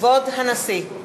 כבוד הנשיא!